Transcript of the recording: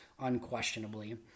unquestionably